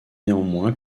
néanmoins